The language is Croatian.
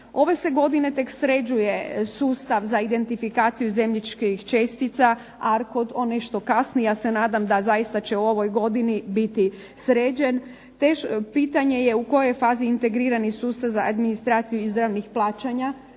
Ove se godine tek sređuje sustav za identifikaciju zemljišnih čestica … /Govornica se ne razumije./… nešto kasnije. Ja se nadam da zaista će u ovoj godini biti sređen. Pitanje je u kojoj je fazi integrirani sustav za administraciju izravnih plaćanja?